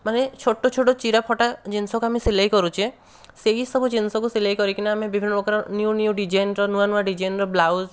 ମାନେ ଛୋଟ ଛୋଟ ଚିରା ଫଟା ଜିନିଷକୁ ଆମେ ସିଲେଇ କରୁଛେ ସେହି ସବୁ ଜିନିଷକୁ ସିଲେଇ କରିକି ନା ଆମେ ବିଭିନ୍ନ ପ୍ରକାରର ନ୍ୟୁ ନ୍ୟୁ ଡିଜାଇନ୍ ଯେଉଁ ନୂଆ ନୂଆ ଡିଜାଇନର ବ୍ଲାଉଜ